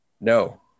No